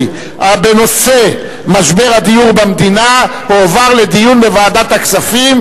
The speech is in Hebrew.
בנושא משבר הדיור במדינה הועברו לדיון בוועדת הכספים,